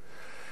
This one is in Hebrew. בעצם,